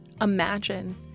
imagine